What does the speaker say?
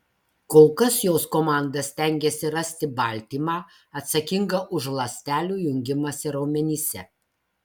kol kas jos komanda stengiasi rasti baltymą atsakingą už ląstelių jungimąsi raumenyse